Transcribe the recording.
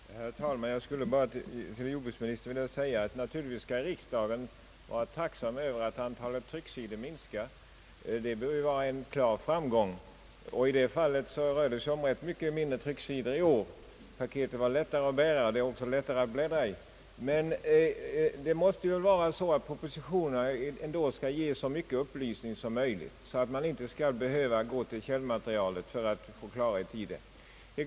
Herr talman! Jag skulle bara vilja säga till jordbruksministern att riksdagen naturligtvis skall vara tacksam över att antalet irycksidor i jordbrukshuvudtiteln minskat. Det bör vara en klar framgång att antalet trycksidor i år är betydligt mindre än tidigare. Paketet var lättare att bära, luntan var också lättare att bläddra i. Men propositionerna bör väl ändå ge så utförliga upplysningar som möjligt, så att man inte skall behöva gå till källmaterialet för att få klarhet i ärendena.